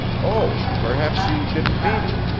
oh, perhaps you didn't mean it,